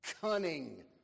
cunning